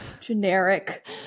generic